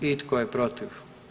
I tko je protiv?